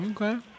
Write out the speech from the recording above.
Okay